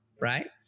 right